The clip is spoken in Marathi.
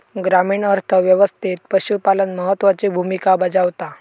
ग्रामीण अर्थ व्यवस्थेत पशुपालन महत्त्वाची भूमिका बजावता